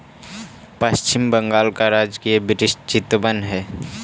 पश्चिम बंगाल का राजकीय वृक्ष चितवन हई